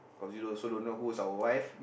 cause we also don't know who is our wife